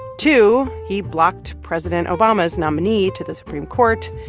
two, he blocked president obama's nominee to the supreme court.